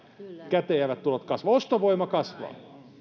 käteenjäävät tulot kasvavat ostovoima kasvaa